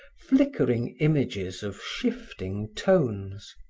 flickering images of shifting tones.